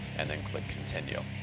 and then, click continue.